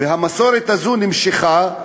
המסורת הזאת נמשכה,